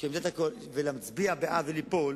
וליפול